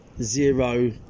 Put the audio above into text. Zero